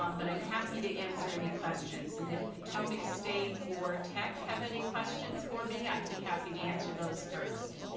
um but i'm happy to answer any questions and if potomac state or tech have any questions for me, i'd happy to answer those first.